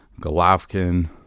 Golovkin